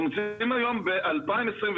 אנחנו נמצאים היום ב-2022,